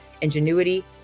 ingenuity